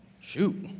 shoot